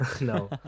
No